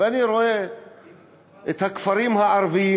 ואני רואה את הכפרים הערביים.